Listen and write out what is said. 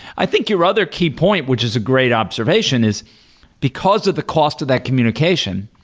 i think your other key point which is a great observation is because of the cost of that communication,